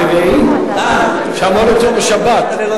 לא תנאף, או לא תענה ברעך?